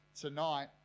tonight